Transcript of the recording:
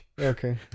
Okay